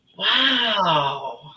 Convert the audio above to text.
Wow